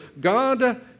God